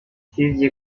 sizce